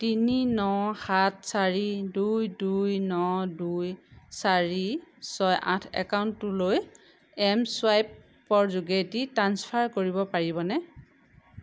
তিনি ন সাত চাৰি দুই দুই ন দুই চাৰি ছয় আঠ একাউণ্টটোলৈ এম চুৱাইপৰ যোগেদি ট্ৰাঞ্চফাৰ কৰিব পাৰিবনে